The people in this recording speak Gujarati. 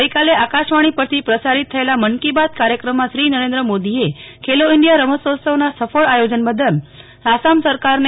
ગઈકાલે આકાશવાણી પરથી પ્રસારી થયેલા મને કી બાતે કાર્યક્રમમાં શ્રી નરેન્દ્ર મોદીએ ખેલો ઈન્ડિયા રમતોત્સવના સફળ આયોજને બદલ આસામ સરકારને